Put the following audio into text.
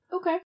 Okay